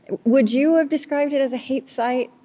would you have described it as a hate site,